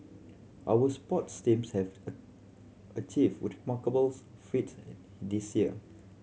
our sports teams have achieved remarkable feats this year